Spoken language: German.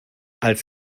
als